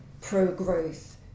pro-growth